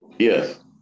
Yes